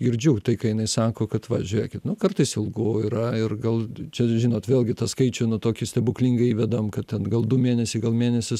girdžiu tai ką jinai sako kad va žiūrėkit nu kartais ilgu yra ir gal čia žinot vėlgi tą skaičių nu tokį stebuklingą įvedam kad ten gal du mėnesiai gal mėnesis